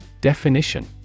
Definition